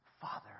Father